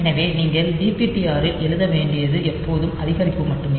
எனவே நீங்கள் டிபிடிஆரில் எழுத வேண்டியது எப்போதும் அதிகரிப்பு மட்டுமே